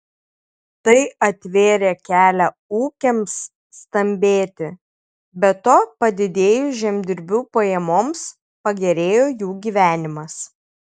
tai atvėrė kelią ūkiams stambėti be to padidėjus žemdirbių pajamoms pagerėjo jų gyvenimas